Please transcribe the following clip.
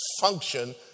function